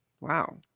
wow